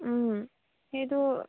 সেইটো